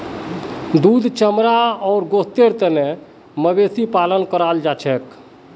दूध चमड़ा आर गोस्तेर तने मवेशी पालन कराल जाछेक